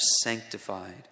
sanctified